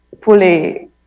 fully